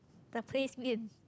the place me and